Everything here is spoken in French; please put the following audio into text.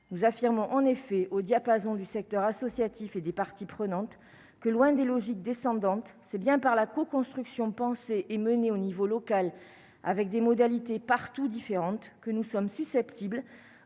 nous affirmons en effet au diapason du secteur associatif et des parties prenantes que loin des logiques descendante, c'est bien par la co-construction penser et menée au niveau local avec des modalités partout différentes que nous sommes susceptibles